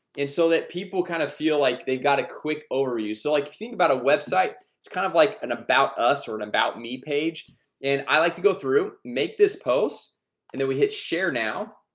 and so that people kind of feel like they've got a quick overview so like think about a website it's kind of like an about us or an about me page and i like to go through make this post and then we hit share now